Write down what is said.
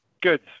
good